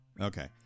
Okay